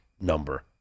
number